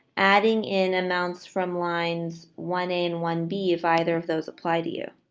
adding in amounts from lines one in one b if either of those apply to you.